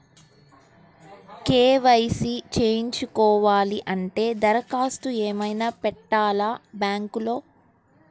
KYC చేయించుకోవాలి అంటే దరఖాస్తు ఏమయినా పెట్టాలా బ్యాంకులో?